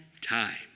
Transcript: time